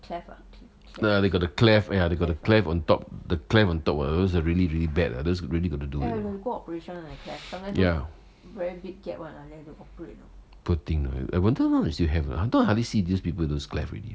y~ ya ya they got the cleft ya they got the cleft on top the cleft on top ah wa those are really really bad ah those really got to do it ya poor thing uh I wonder now they still have uh I hardly see these people with those cleft already